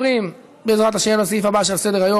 15 תומכים, אין מתנגדים, אין נמנעים.